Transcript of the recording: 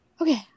okay